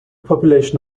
population